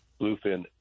Bluefin